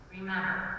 Remember